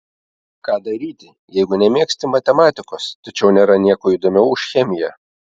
ką daryti jeigu nemėgsti matematikos tačiau nėra nieko įdomiau už chemiją